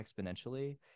exponentially